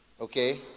okay